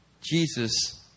Jesus